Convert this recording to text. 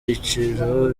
ibiciro